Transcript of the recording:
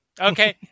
Okay